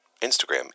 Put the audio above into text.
Instagram